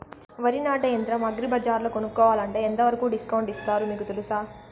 వరి నాటే యంత్రం అగ్రి బజార్లో కొనుక్కోవాలంటే ఎంతవరకు డిస్కౌంట్ ఇస్తారు మీకు తెలుసా?